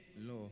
law